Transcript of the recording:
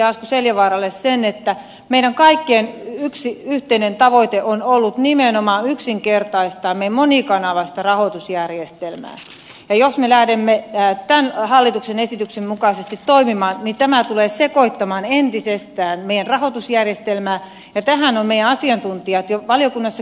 asko seljavaaralle sen että meidän kaikkien yksi yhteinen tavoite on ollut nimenomaan yksinkertaistaa meidän monikanavaista rahoitusjärjestelmäämme ja jos me lähdemme tämän hallituksen esityksen mukaisesti toimimaan niin tämä tulee sekoittamaan entisestään meidän rahoitusjärjestelmäämme ja tähän ovat meidän asiantuntijat jo valiokunnassakin puuttuneet